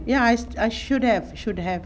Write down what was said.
ya I I should have should have